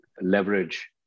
leverage